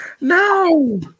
No